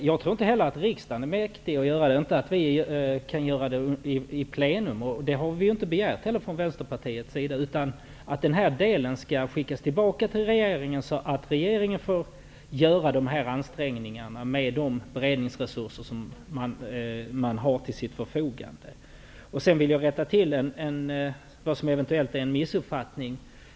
Herr talman! Inte heller jag tror att riksdagen är mäktig att klargöra detta i plenum, och det har vi heller inte begärt från Vänsterpartitet. Denna del skall skickas tillbaka till regeringen, så att regeringen får göra dessa ansträngningar med de beredningsresurser som den har till sitt förfogande. Sedan vill jag rätta till vad som eventuellt är en missuppfattning.